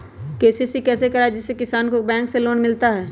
KCC कैसे कराये जिसमे किसान को बैंक से लोन मिलता है?